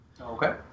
Okay